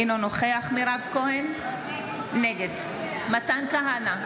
אינו נוכח מירב כהן, נגד מתן כהנא,